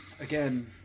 Again